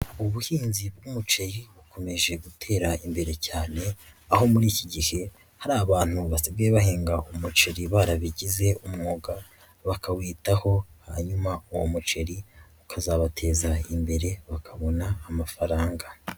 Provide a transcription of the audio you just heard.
Ubuhinzi bw'umuceri bukomeje gutera imbere cyane aho muri iki gihe hari abantu basigaye bahinga umuceri barabigize umwuga bakawitaho hanyuma uwo muceri ukazabateza imbere bakabona amafaranga.